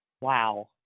Wow